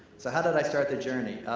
so how did i start the journey?